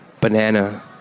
Banana